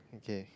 okay